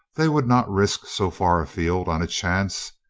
they would not risk so far afield on a chance.